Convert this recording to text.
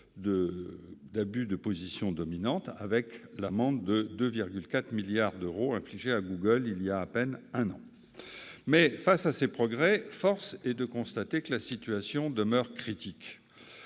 d'abus de position dominante, avec une amende de 2,4 milliards d'euros infligée à Google il y a à peine un an. Malgré ces avancées, force est de constater que la situation demeure critique.